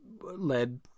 led